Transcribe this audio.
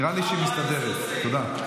נראה לי שהיא מסתדרת, תודה.